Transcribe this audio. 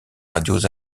radios